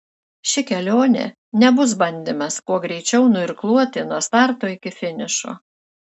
ši kelionė nebus bandymas kuo greičiau nuirkluoti nuo starto iki finišo